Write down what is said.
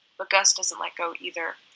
but gus doesn't let go either.